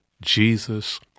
Jesus